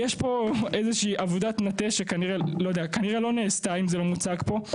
יש פה איזושהי עבודת מטה שכנראה לא נעשתה אם זה לא מוצג פה.